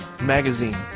Magazine